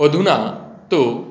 अधुना तु